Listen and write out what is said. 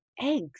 eggs